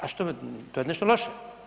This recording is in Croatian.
A što, to je nešto loše?